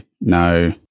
No